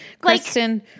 Kristen